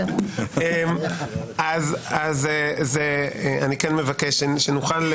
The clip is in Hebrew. אז אני כן מבקש שנוכל,